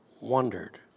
wondered